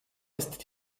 ist